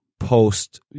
Post